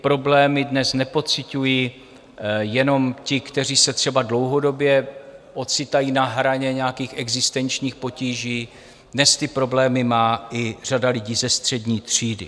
Problémy dnes nepociťují jenom ti, kteří se třeba dlouhodobě ocitají na hraně nějakých existenčních potíží, dnes ty problémy má i řada lidí ze střední třídy.